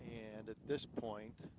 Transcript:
and at this point